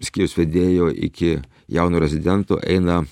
skyriaus vedėjo iki jauno rezidento eina